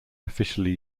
officially